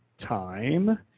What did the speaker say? Time